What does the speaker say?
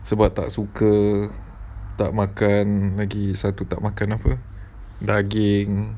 sebab tak suka tak makan lagi satu tak makan apa daging